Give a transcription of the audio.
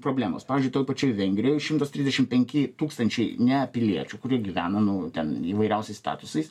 problemos pavyzdžiui toj pačioj vengrijoj šimtas trisdešimt penki tūkstančiai ne piliečių kurie gyvena nu ten įvairiausiais statusais